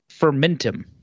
Fermentum